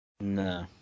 No